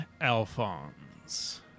Alphonse